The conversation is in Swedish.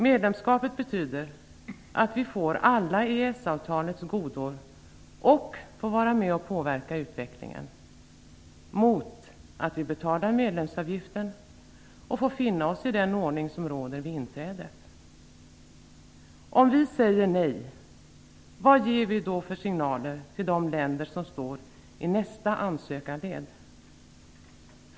Medlemskapet betyder att vi får alla EES-avtalets fördelar och får vara med och påverka utvecklingen mot att vi betalar medlemsavgiften och finner oss i den ordning som råder vid inträdet. Om vi säger nej, vad ger vi då för signaler till de länder som står i nästa ansökarled?